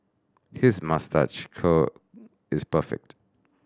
his moustache curl is perfect